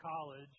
college